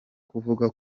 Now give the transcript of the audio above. kuvuga